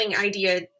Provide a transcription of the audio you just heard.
idea